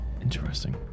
Interesting